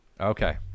Okay